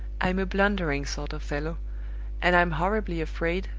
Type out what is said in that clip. i'm a blundering sort of fellow and i'm horribly afraid,